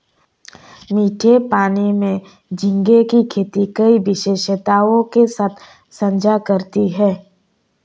मीठे पानी में झींगे की खेती कई विशेषताओं के साथ साझा करती है